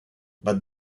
but